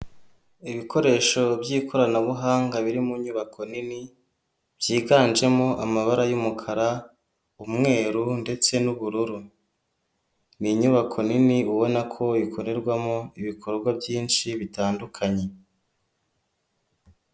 Ibikoresho by'ikoranabuhanga biri mu nyubako nini byiganjemo amabara y'umukara, umweru ndetse n'ubururu, ni inyubako nini ubona ko ikorerwamo ibikorwa byinshi bitandukanye.